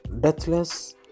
deathless